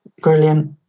Brilliant